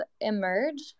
Emerge